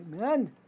amen